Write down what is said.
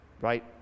right